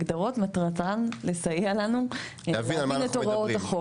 הגדרות מטרתן לסייע לנו להבין את הוראות החוק.